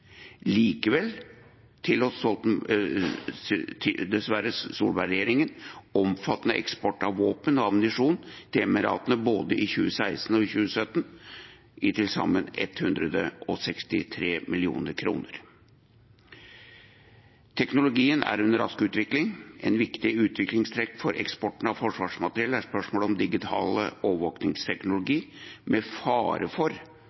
Likevel tillot dessverre Solberg-regjeringen omfattende eksport av våpen og ammunisjon til Emiratene både i 2016 og i 2017, på til sammen 163 mill. kr. Teknologien er under rask utvikling. Et viktig utviklingstrekk for eksporten av forsvarsmateriell er spørsmålet om digital overvåkningsteknologi, med fare for